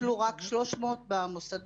נוצלו רק 300 במוסדות.